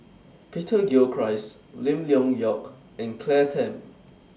Peter Gilchrist Lim Leong Geok and Claire Tham